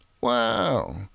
wow